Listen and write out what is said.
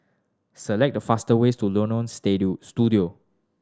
select the fastest ways to Studio